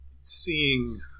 seeing